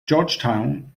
georgetown